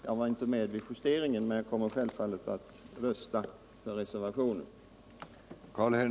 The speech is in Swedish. Jag var inte med vid justeringen, men jag kommer självfallet att rösta för reservationen.